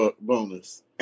bonus